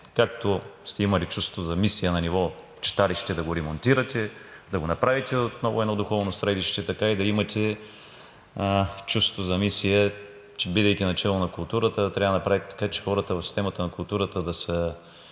Както сте имали чувство за мисия на ниво читалище – да го ремонтирате, да го направите отново едно духовно средище, така и да имате чувство за мисия, че, бидейки начело на културата, трябва да направите така, че хората в системата на културата да са